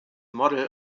model